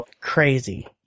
crazy